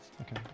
Okay